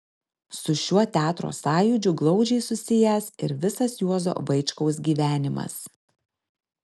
su šiuo teatro sąjūdžiu glaudžiai susijęs ir visas juozo vaičkaus gyvenimas